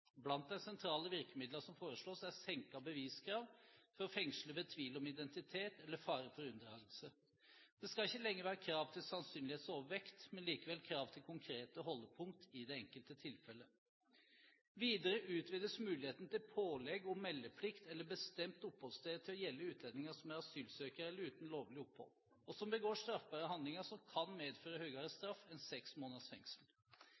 Blant de sentrale virkemidlene som foreslås, er senkede beviskrav for å fengsle ved tvil om identitet eller fare for unndragelse. Det skal ikke lenger være krav til sannsynlighetsovervekt, men likevel krav til konkrete holdepunkt i det enkelte tilfellet. Videre utvides muligheten til pålegg om meldeplikt eller bestemt oppholdssted til å gjelde utlendinger som er asylsøkere eller uten lovlig opphold, og som begår straffbare handlinger som kan medføre høyere straff enn seks måneders fengsel.